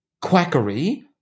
quackery